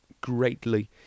greatly